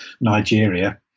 Nigeria